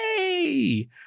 yay